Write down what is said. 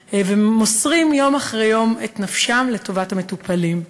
ומוסרים יום אחרי יום את נפשם לטובת המטופלים.